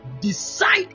decide